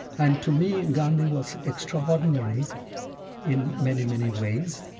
and to me, gandhi was extraordinary in many, many ways.